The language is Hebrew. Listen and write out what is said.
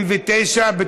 29 בעד,